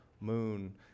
moon